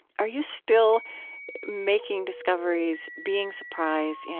are you still making discoveries, being surprised, you know